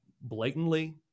blatantly